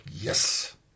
yes